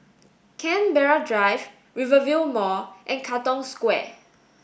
Canberra Drive Rivervale Mall and Katong Square